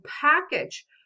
package